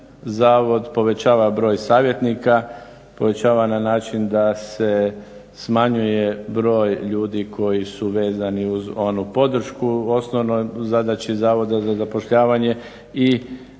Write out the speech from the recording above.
zavod povećava broj savjetnika, povećava na način da se smanjuje broj ljudi koji su vezani uz onu podršku u osnovnoj zadaći zavoda za zapošljavanje i internom